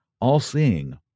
all-seeing